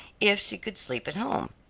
if she could sleep at home.